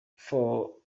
for